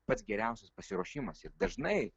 pats geriausias pasiruošimas ir dažnai